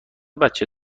بچه